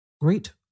Great